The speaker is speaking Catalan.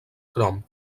crom